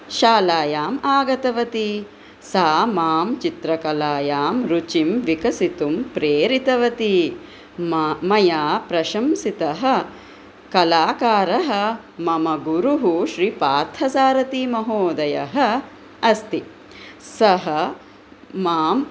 शालायाम् आगतवती सा मां चित्रकलायां रुचिं विकसितुं प्रेरितवती मया प्रशंसितः कलाकारः मम गुरुः श्री पार्थसारथिमहोदयः अस्ति सः मां